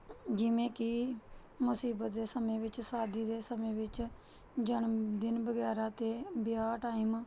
ਜਿਵੇਂ ਕਿ ਮੁਸੀਬਤ ਦੇ ਸਮੇਂ ਵਿੱਚ ਸ਼ਾਦੀ ਦੇ ਸਮੇਂ ਵਿੱਚ ਜਨਮਦਿਨ ਵਗੈਰਾ ਅਤੇ ਵਿਆਹ ਟਾਈਮ